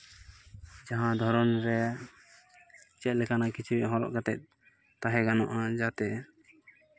ᱡᱟᱦᱟᱸ ᱫᱷᱚᱨᱚᱱ ᱨᱮ ᱪᱮᱫ ᱞᱮᱠᱟᱱᱟᱜ ᱠᱤᱪᱨᱤᱪ ᱦᱚᱨᱚᱜ ᱠᱟᱛᱮ ᱛᱟᱦᱮᱸ ᱜᱟᱱᱚᱜᱼᱟ ᱡᱟᱛᱮ